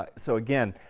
um so again,